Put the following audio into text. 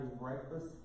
breakfast